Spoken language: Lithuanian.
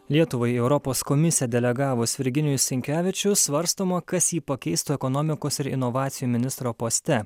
lietuvai į europos komisiją delegavus virginijų sinkevičių svarstoma kas jį pakeistų ekonomikos ir inovacijų ministro poste